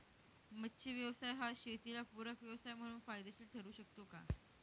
मच्छी व्यवसाय हा शेताला पूरक व्यवसाय म्हणून फायदेशीर ठरु शकतो का?